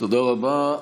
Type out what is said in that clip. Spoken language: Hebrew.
תודה רבה.